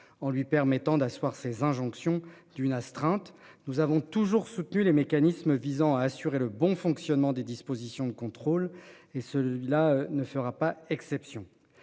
en lui permettant d'asseoir ses injonction d'une astreinte. Nous avons toujours soutenu les mécanismes visant à assurer le bon fonctionnement des dispositions de contrôle et celui-là ne fera pas exception,